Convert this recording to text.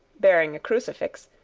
bearing a crucifix,